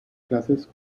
clases